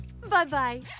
Bye-bye